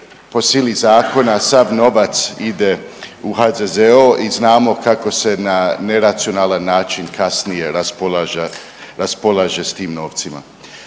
po sili zakona sav novac ide u HZZO i znamo kako se na neracionalan način kasnije raspolaže s tim novcima.